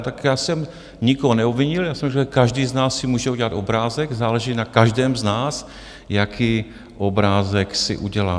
Tak já jsem nikoho neobvinil, já jsem, že každý z nás si může udělat obrázek, záleží na každém z nás, jaký obrázek si udělá.